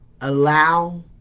allow